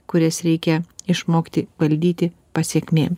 kurias reikia išmokti valdyti pasekmė